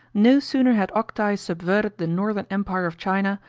no sooner had octai subverted the northern empire of china,